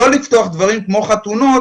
לא לפתוח דברים כמו חתונות,